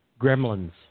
Gremlins